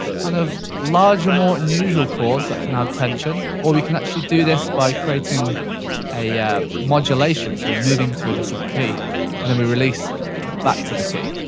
kind of larger more unusual chords that can add tension or you can actually do this by creating a modulation so we're moving to a different key and then we release back to the key.